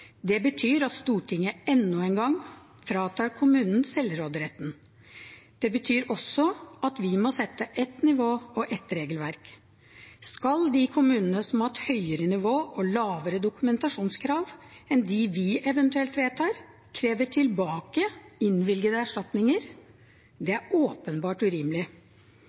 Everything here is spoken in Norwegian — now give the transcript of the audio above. Det betyr at Stortinget enda en gang fratar kommunene selvråderetten. Det betyr også at vi må sette ett nivå og ett regelverk. Skal de kommunene som har hatt høyere nivå og lavere dokumentasjonskrav enn det vi eventuelt vedtar, kreve tilbake innvilgede erstatninger? Det er åpenbart urimelig.